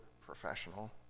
professional